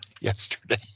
yesterday